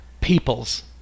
people's